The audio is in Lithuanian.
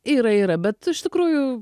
yra yra bet iš tikrųjų